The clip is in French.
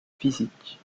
physiques